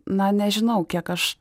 na nežinau kiek aš